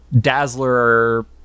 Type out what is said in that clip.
Dazzler-